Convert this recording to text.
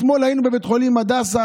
אתמול היינו בבית חולים הדסה,